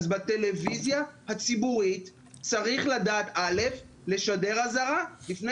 בטלוויזיה הציבורית צריך לדעת לשדר אזהרה לפני